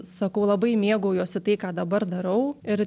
sakau labai mėgaujuosi tai ką dabar darau ir